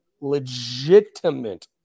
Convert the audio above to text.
legitimate